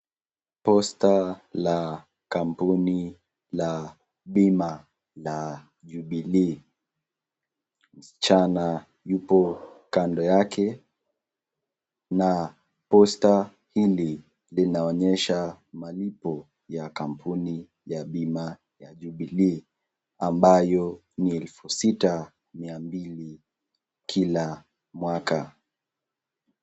poster la kampuni la bima la Jubilee. Msichana yupo kando yake na picha hili linaonyesha malipo ya kampuni ya bima ya Jubilee ambayo ni elfu sita mia mbili kila mwaka.